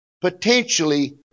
potentially